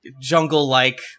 jungle-like